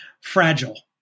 fragile